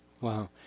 Wow